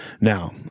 Now